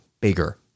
bigger